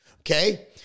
Okay